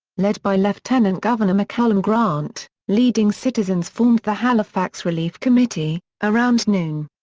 led by lieutenant governor maccallum grant, leading citizens formed the halifax relief committee, around noon.